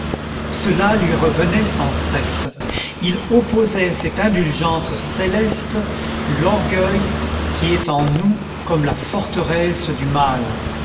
cela lui revenait sans cesse il opposait à cette indulgence céleste l'orgueil qui est en nous comme la forteresse du mal